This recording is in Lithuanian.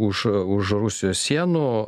už už rusijos sienų